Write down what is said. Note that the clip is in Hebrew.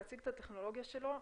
להציג את הטכנולוגיה שלו.